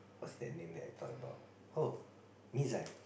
what's that name that I thought about oh Mizan